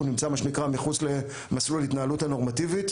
נמצא מחוץ למסלול ההתנהלות הנורמטיבית,